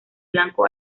blanco